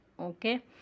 okay